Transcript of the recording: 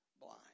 blind